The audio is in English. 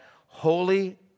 holy